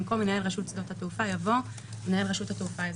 במקום "מנהל רשות שדות התעופה" יבוא "מנהל רשות התעופה האזרחית".